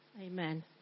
Amen